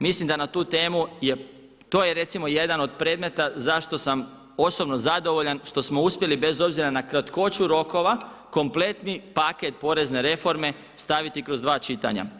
Mislim da na tu temu je, to je recimo jedan od predmeta zašto sam osobno zadovoljan što smo uspjeli bez obzira na kratkoću rokova kompletni paket porezne reforme staviti kroz dva čitanja.